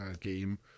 game